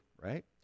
right